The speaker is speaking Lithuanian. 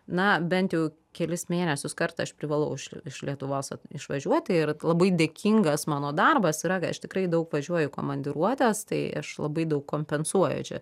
na bent jau kelis mėnesius kartą aš privalau iš iš lietuvos išvažiuoti ir labai dėkingas mano darbas yra kai aš tikrai daug važiuoju į komandiruotes tai aš labai daug kompensuoju čia